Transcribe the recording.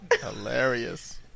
Hilarious